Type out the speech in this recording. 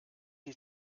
die